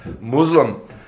Muslim